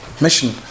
mission